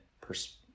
perspective